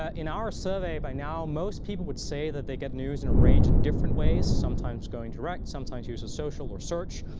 ah in our survey, by now most people would say that they get news in a range of different ways. sometimes, going direct. sometimes, use of social or search.